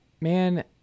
man